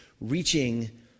reaching